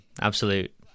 Absolute